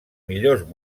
millors